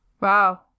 Wow